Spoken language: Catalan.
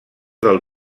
del